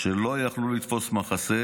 שלא יכלו לתפוס מחסה,